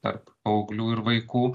tarp paauglių ir vaikų